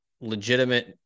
legitimate